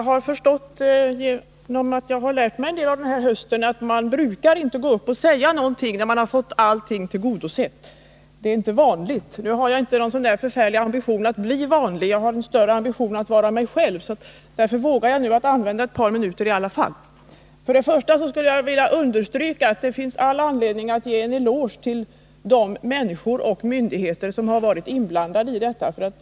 Herr talman! Jag har lärt mig under den här hösten att man inte brukar gå uppi debatten och säga någonting, när man fått alla krav tillgodosedda — det är efter vad jag förstår inte vanligt. Nu har jag inte någon särskilt stor ambition att vara vanlig, utan jag har större ambition att få vara mig själv, så därför vågar jag ta ett par minuter av kammarens tid i anspråk i alla fall. Först och främst skulle jag vilja understryka att det finns all anledning att ge en eloge till de människor och myndigheter som har varit inblandade i den här frågan.